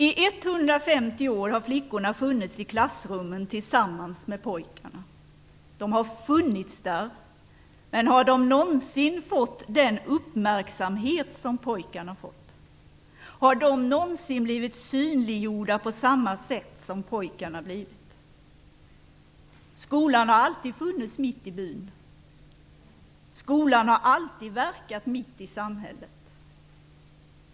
I 150 år har flickorna funnits i klassrummen tillsammans med pojkarna. De har funnits där, men har de någonsin fått den uppmärksamhet som pojkarna fått? Har de någonsin blivit synliggjorda på samma sätt som pojkarna blivit? Skolan har alltid funnits mitt i byn. Skolan har alltid verkat mitt i samhället.